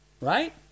right